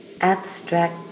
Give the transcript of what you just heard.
abstract